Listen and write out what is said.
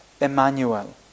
Emmanuel